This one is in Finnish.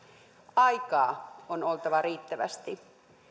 aikaa on oltava riittävästi